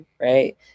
right